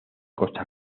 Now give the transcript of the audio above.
costa